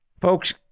Folks